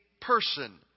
person